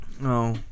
No